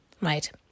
right